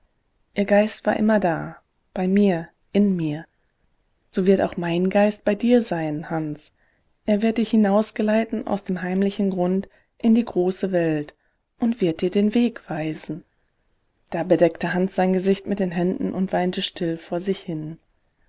ihr geist war immer da bei mir in mir so wird auch mein geist bei dir sein hans er wird dich hinausgeleiten aus dem heimlichen grund in die große welt und wird dir den weg weisen da bedeckte hans sein gesicht mit den händen und weinte still vor sich hin